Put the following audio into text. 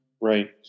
Right